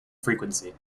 frequency